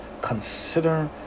consider